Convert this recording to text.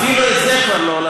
אפילו את זה כבר לא,